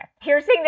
Piercing